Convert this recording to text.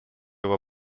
его